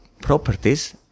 properties